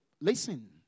listen